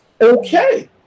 okay